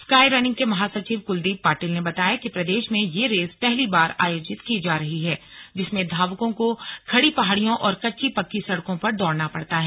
sky running के महासचिव कुलदीप पाटिल ने बताया कि प्रदेश में यह रेस पहली बार आयोजित की जा रही है जिसमें धावकों को खड़ी पहाड़ियों और कच्ची पक्की सड़कों पर दौड़ना पड़ता है